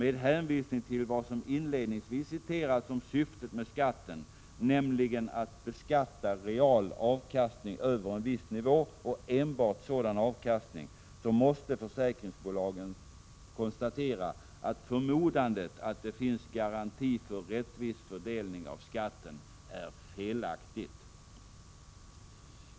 Med hänvisning till vad som inledningsvis citerats om syftet 12 december 1986 med skatten, nämligen ”att beskatta real avkastning över en viss nivå och enbart sådan avkastning”, måste försäkringsbolagen konstatera att förmodandet att det finns garanti för rättvis fördelning av skatten är felaktigt.